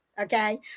Okay